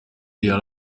yari